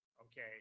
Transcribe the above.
okay